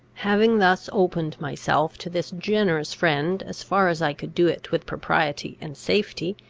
having thus opened myself to this generous friend, as far as i could do it with propriety and safety,